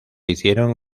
hicieron